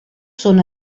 són